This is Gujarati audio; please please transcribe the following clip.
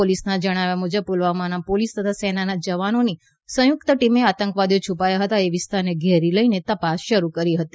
પોલીસના જણાવ્યા મુજબ પુલવામાં પોલીસ તથા સેનાના જવાનોની સંયુક્ત ટીમે આતંકવાદીઓ છુપાયા હતા એ વિસ્તારને ઘેરી લઇને તપાસ શરૂ કરી હતી